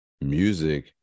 music